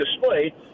display